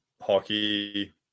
hockey